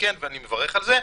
ואני מברך על זה,